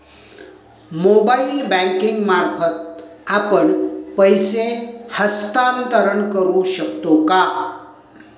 Mobile banking मार्फत आपण पैसे हस्तांतरण करू शकतो का?